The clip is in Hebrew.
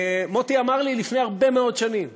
מוטי אמר לי לפני הרבה מאוד שנים: